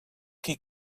qui